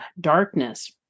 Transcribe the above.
darkness